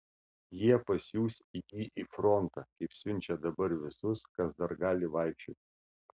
jie pasiųs jį į frontą kaip siunčia dabar visus kas dar gali vaikščioti